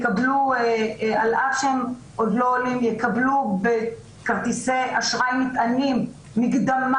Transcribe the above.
על אף שהם עוד לא עולים הם יקבלו בכרטיסי אשראי נטענים מקדמה